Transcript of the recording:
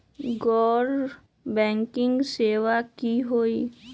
गैर बैंकिंग सेवा की होई?